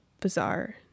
bizarre